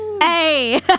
Hey